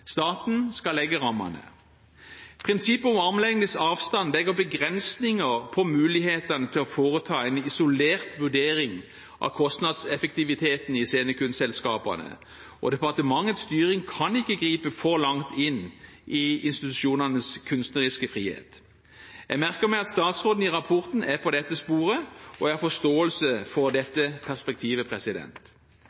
Staten skal legge rammene. Prinsippet om armlengdes avstand legger begrensninger på mulighetene til å foreta en isolert vurdering av kostnadseffektiviteten i scenekunstselskapene, og departementets styring kan ikke gripe for langt inn i institusjonenes kunstneriske frihet. Jeg merker meg at statsråden i rapporten er på dette sporet, og jeg har forståelse for dette perspektivet. Når det